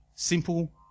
Simple